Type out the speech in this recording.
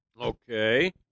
Okay